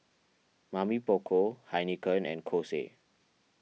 Mamy Poko Heinekein and Kose